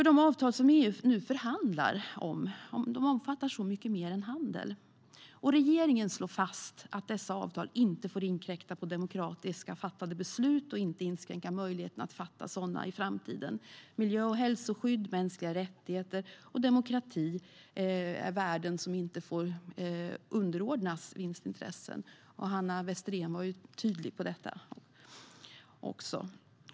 De avtal som EU nu förhandlar om omfattar så mycket mer än handel, och regeringen slår fast att dessa avtal inte får inkräkta på demokratiskt fattade beslut och inte får inskränka möjligheten att fatta sådana i framtiden. Miljö och hälsoskydd, mänskliga rättigheter och demokrati är värden som inte får underordnas vinstintressen, och Hanna Westerén var också tydlig med detta.